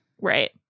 Right